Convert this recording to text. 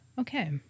okay